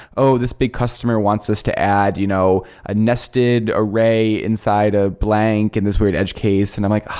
oh, this big customer wants us to add you know a nested array inside a blank in this weird edge case. and i'm like,